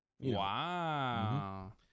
Wow